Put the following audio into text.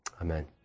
Amen